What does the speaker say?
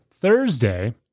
Thursday